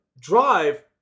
drive